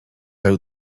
out